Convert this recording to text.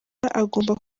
agomba